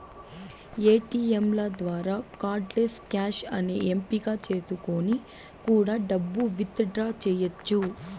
ఏటీయంల ద్వారా cardless cash అనే ఎంపిక చేసుకొని కూడా డబ్బు విత్ డ్రా చెయ్యచ్చు